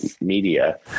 media